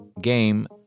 game